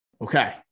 Okay